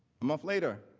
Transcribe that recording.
months later,